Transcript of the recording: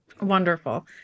Wonderful